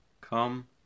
Come